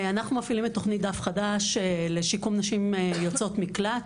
אנחנו מפעילים את תוכנית 'דף חדש' לשיקום נשים יוצאות מקלט,